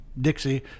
Dixie